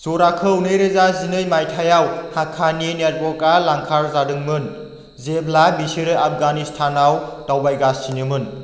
जराखौ नैरोजा जिनै मायथाइयाव हाक्कानी नेटवर्कआ लांखारजादोंमोन जेब्ला बिसोरो आफगानिस्तानाव दावबायगासिनोमोन